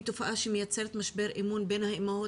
זו תופעה שמייצרת משבר אמון בין האימהות